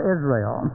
Israel